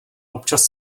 občas